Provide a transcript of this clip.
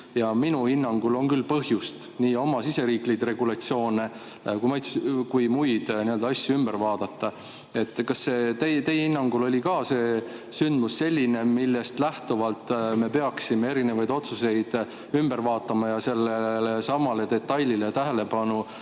ja minu hinnangul on küll põhjust nii oma siseriiklikke regulatsioone kui ka muid asju ümber vaadata. Kas ka teie hinnangul oli see sündmus selline, millest lähtuvalt me peaksime erinevaid otsuseid ümber vaatama ja sellelesamale detailile tähelepanu